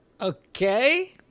okay